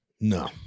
No